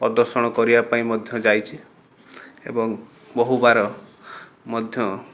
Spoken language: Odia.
ପ୍ରଦର୍ଶନ କରିବା ପାଇଁ ମଧ୍ୟ ଯାଇଛି ଏବଂ ବହୁବାର ମଧ୍ୟ